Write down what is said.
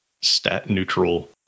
stat-neutral